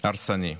הרסני.